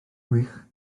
wych